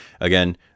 Again